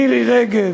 מירי רגב,